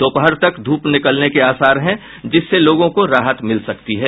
दोपहर तक धूप निकलने के आसार हैं जिससे लोगों को राहत मिल सकती है